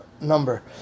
number